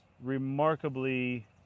remarkably